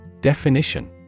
Definition